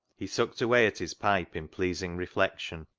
he sucked away at his pipe in pleasing reflection.